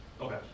Okay